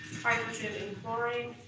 hydrogen and chlorine.